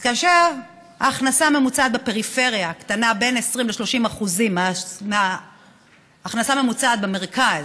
אז כאשר ההכנסה הממוצעת בפריפריה קטנה ב-20% 30% מההכנסה הממוצעת במרכז,